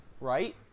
right